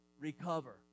recover